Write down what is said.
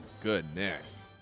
Goodness